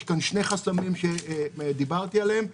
יש כאן שני חסמים שדיברתי עליהם.